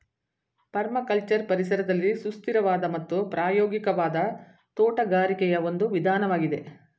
permaculture ಪರಿಸರದಲ್ಲಿ ಸುಸ್ಥಿರವಾದ ಮತ್ತು ಪ್ರಾಯೋಗಿಕವಾದ ತೋಟಗಾರಿಕೆಯ ಒಂದು ವಿಧಾನವಾಗಿದೆ